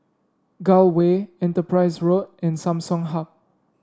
Gul Way Enterprise Road and Samsung Hub